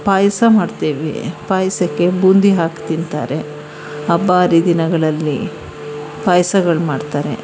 ಪಾಯಸ ಮಾಡ್ತೇವೆ ಪಾಯಸಕ್ಕೆ ಬುಂದಿ ಹಾಕಿ ತಿಂತಾರೆ ಹಬ್ಬ ಹರಿದಿನಗಳಲ್ಲಿ ಪಾಯ್ಸಗಳು ಮಾಡ್ತಾರೆ